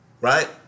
Right